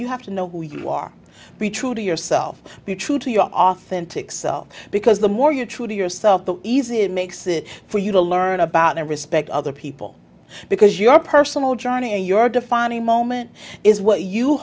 you have to know who you are be true to yourself be true to your authentic self because the more you're true to yourself the easy it makes it for you to learn about and respect other people because your personal journey your defining moment is